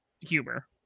humor